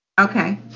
Okay